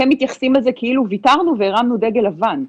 אתם מתייחסים לזה כאילו ויתרנו והרמנו דגל לבן.